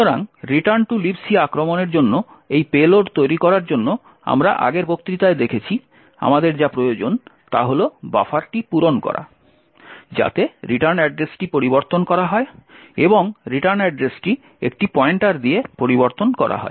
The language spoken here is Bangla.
সুতরাং রিটার্ন টু লিব সি আক্রমণের জন্য এই পেলোড তৈরি করার জন্য আমরা আগের বক্তৃতায় দেখেছি আমাদের যা প্রয়োজন তা হল বাফারটি পূরণ করা যাতে রিটার্ন অ্যাড্রেসটি পরিবর্তন করা হয় এবং রিটার্ন অ্যাড্রেসটি একটি পয়েন্টার দিয়ে পরিবর্তন করা হয়